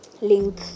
link